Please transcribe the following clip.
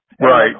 Right